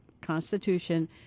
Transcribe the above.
constitution